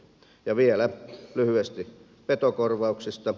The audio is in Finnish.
ja vielä lyhyesti petokorvauksista